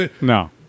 No